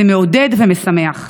זה מעודד ומשמח.